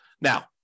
Now